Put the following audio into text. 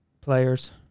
players